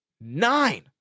nine